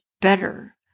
better